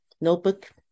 notebook